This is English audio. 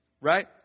right